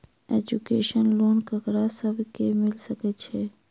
Education loan ककरा सब केँ मिल सकैत छै?